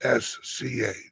SCA